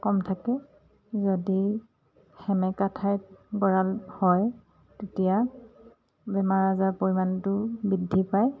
কম থাকে যদি সেমেকা ঠাইত গঁৰাল হয় তেতিয়া বেমাৰ আজাৰ পৰিমাণটো বৃদ্ধি পায়